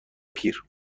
پیر